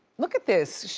look at this,